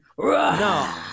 No